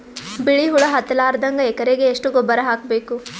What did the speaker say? ಬಿಳಿ ಹುಳ ಹತ್ತಲಾರದಂಗ ಎಕರೆಗೆ ಎಷ್ಟು ಗೊಬ್ಬರ ಹಾಕ್ ಬೇಕು?